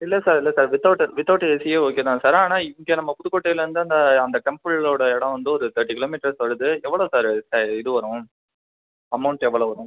இல்லை சார் இல்லை sir without without ஏசியே ஓகே தான் சார் ஆனால் இங்கே நம்ப புதுக்கோட்டையிலிருந்து அந்த அந்த டெம்பிளோட இடம் வந்து ஒரு தேர்ட்டி கிலோமீட்டர்ஸ் வருது எவ்வளோ சார் சார் இது வரும் அமௌன்ட் எவ்வளோ வரும்